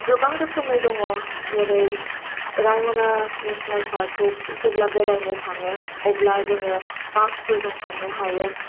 गोबां रोखोमै दङ जेरै रायम'ना नेसनेल पार्कखौ जेब्ला बेरायनो थाङो अब्ला जोङो बासफोरजों थांनो हायो